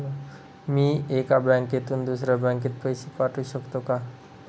मी एका बँकेतून दुसऱ्या बँकेत पैसे पाठवू शकतो का?